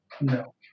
No